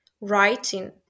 writing